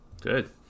Good